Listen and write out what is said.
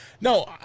No